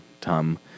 Tom